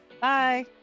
Bye